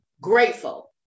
grateful